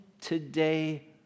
today